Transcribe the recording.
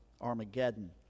Armageddon